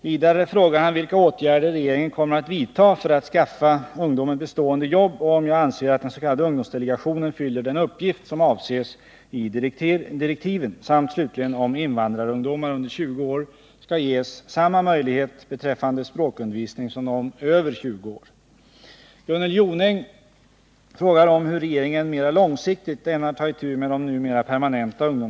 Vidare frågar han vilka åtgärder regeringen kommer att vidta för att skaffa ungdomen bestående jobb och om jag anser att den s.k. ungdomsdelegationen fyller den uppgift som avses i direktiven samt slutligen om invandrarungdomar under 20 år skall ges samma möjlighet beträffande språkundervisning som de som är över 20 år.